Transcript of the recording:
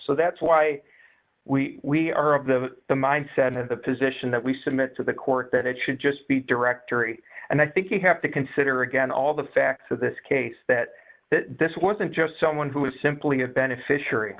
so that's why we are of the the mind set of the position that we submit to the court that it should just be directory and i think you have to consider again all the facts of this case that this wasn't just someone who was simply a beneficiary